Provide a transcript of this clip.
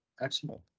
Excellent